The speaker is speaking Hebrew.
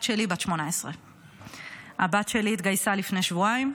שלי בת 18. הבת שלי התגייסה לפני שבועיים,